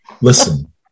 Listen